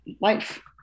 life